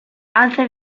altre